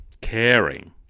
caring